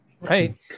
Right